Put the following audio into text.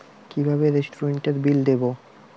কিভাবে রেস্টুরেন্টের বিল দেবো?